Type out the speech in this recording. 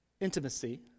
intimacy